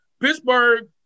Pittsburgh